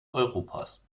europas